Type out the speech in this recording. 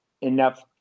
enough